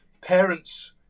Parents